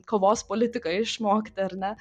kovos politiką išmokti ar ne